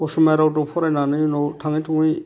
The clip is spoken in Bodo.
असमिया रावदों फरायनानै उनाव थाङै थुङै